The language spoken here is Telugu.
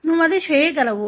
నువ్వది చేయగలవు